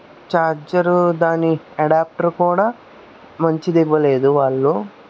charger దాని adapter కూడా మంచిది ఇవ్వలేదు వాళ్ళు